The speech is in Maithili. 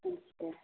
अच्छा